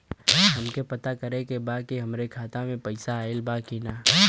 हमके पता करे के बा कि हमरे खाता में पैसा ऑइल बा कि ना?